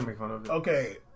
okay